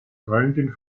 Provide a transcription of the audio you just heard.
freundin